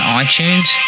iTunes